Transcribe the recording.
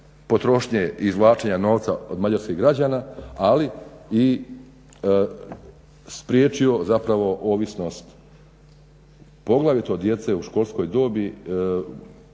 potrošnje izvlačenja novca od mađarskih građana ali i spriječio zapravo ovisnost poglavito djece u školskoj dobi.